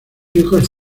hijos